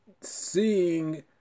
seeing